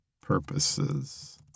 purposes